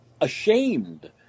ashamed